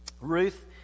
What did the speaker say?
Ruth